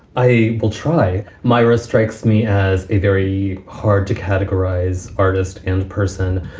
i will try. myra strikes me as a very hard to categorize artist and person.